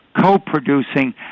co-producing